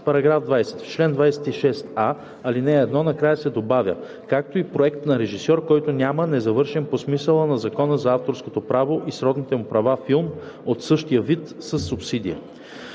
§ 20: „§ 20. В чл. 26а, ал. 1 накрая се добавя „както и проект на режисьор, който няма незавършен по смисъла на Закона за авторското право и сродните му права филм от същия вид със субсидия.“